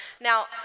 Now